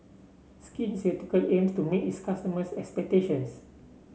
Skin Ceuticals aims to meet its customers' expectations